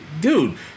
dude